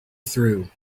through